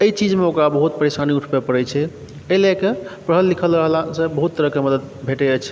एहि चीजमे ओकरा बहुत परेशानी उठबय पड़ैत छै एहि लए कऽ पढ़ल लिखल रहलासँ बहुत तरहक मदद भेटैत अछि